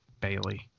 Bailey